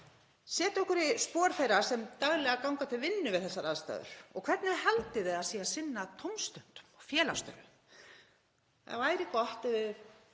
Setjum okkur í spor þeirra sem daglega ganga til vinnu við þessar aðstæður. Hvernig haldið þið að sé að sinna tómstundum og félagsstarfi? Það væri gott ef sem